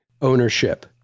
ownership